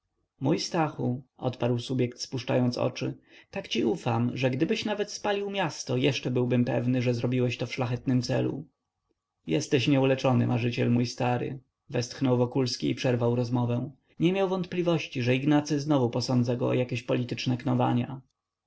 mój stachu odparł subjekt spuszczając oczy tak ci ufam że gdybyś nawet spalił miasto jeszcze byłbym pewny że zrobiłeś to w szlachetnym celu jesteś nieuleczony marzyciel mój stary westchnął wokulski i przerwał rozmowę nie miał wątpliwości że ignacy znowu posądza go o jakieś polityczne